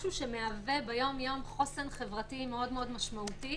משהו שמהווה ביום-יום חוסן חברתי משמעותי מאוד,